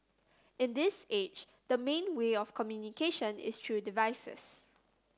in this age the main way of communication is through devices